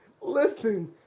Listen